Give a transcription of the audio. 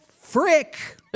frick